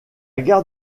gare